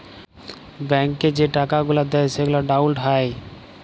ব্যাংকে যে টাকা গুলা দেয় সেগলা ডাউল্লড হ্যয়